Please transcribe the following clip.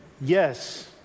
yes